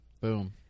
Boom